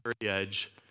edge